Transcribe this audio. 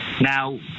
Now